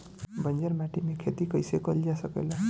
बंजर माटी में खेती कईसे कईल जा सकेला?